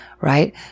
right